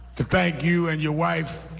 to thank you and your wife